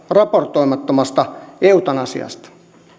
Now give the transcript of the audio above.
raportoimattomasta eutanasiasta